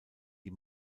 die